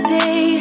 day